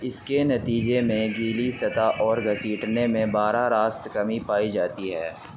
اس کے نتیجے میں گیلی سطح اور گھسیٹنے میں براہ راست کمی پائی جاتی ہے